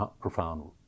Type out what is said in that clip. profound